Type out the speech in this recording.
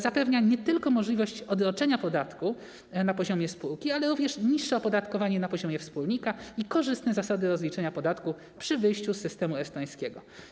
Zapewnia nie tylko możliwość odroczenia podatku na poziomie spółki, ale również niższe opodatkowanie na poziomie wspólnika i korzystne zasady rozliczenia podatku przy wyjściu z systemu estońskiego.